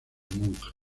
monje